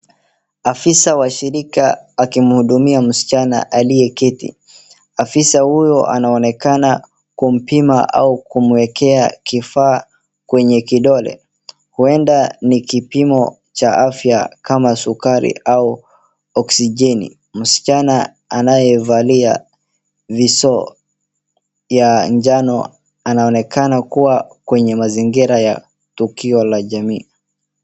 Afisa wa shirika akimhudumia msichana mmoja aliyeketi. Afisa huyu anaonekana kumpima ama kumwekea kifaa kwenye kidole. Huenda ni kipimo cha afya kama sukari au oksijeni. Msichana anayevalia viso ya njano anaonekana kuwa kwenye mazingira la tukio la jamii.